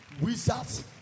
wizards